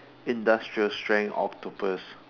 industrial strength octopus